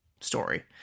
story